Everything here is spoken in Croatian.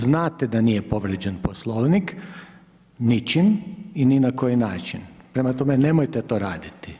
Znate d nije povrijeđen Poslovnik ničim i ni na koji način, prema tome, nemojte to raditi.